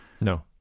No